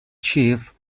chief